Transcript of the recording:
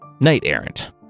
Knight-errant